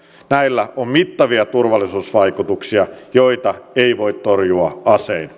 näillä on mittavia turvallisuusvaikutuksia joita ei voi torjua asein